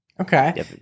Okay